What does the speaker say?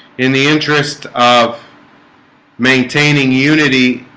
in the interest of maintaining unity